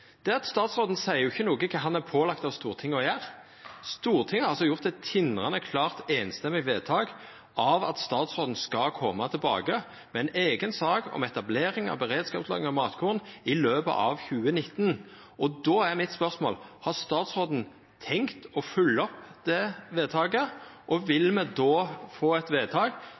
er at statsråden ikkje seier noko om kva han er pålagd av Stortinget å gjera. Stortinget har gjort eit tindrande klart samrøystes vedtak om at statsråden skal koma tilbake med ei eiga sak om etablering av beredskapslagring av matkorn i løpet av 2019. Då er spørsmålet mitt: Har statsråden tenkt å følgja opp det vedtaket? Og vil me då få